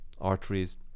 arteries